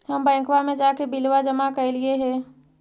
हम बैंकवा मे जाके बिलवा जमा कैलिऐ हे?